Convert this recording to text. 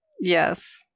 Yes